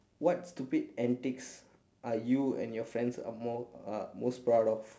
what stupid antics are you and your friends are mo~ are most proud of